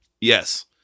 Yes